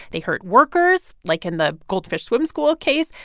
they hurt workers, like in the goldfish swim school case,